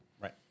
Right